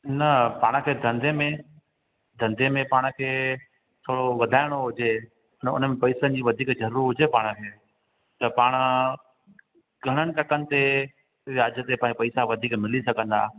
न पाण खे धंधे में धंधे में पाण खे थोरो वधाइणो हुजे न हुनमें पैसनि जी वधीक ज़रूरत हुजे पाण खे त पाण घणनि टकनि ते ब्याज ते पंहिंजा पैसा वधीक मिली सघंदा